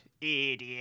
idiot